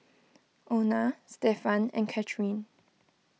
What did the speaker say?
Ona Stefan and Cathryn